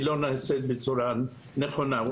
בעניין הרפואי לא נעשית בצורה נכונה.